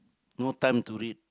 no time to read